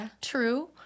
true